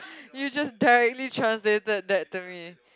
you just directly translated that to me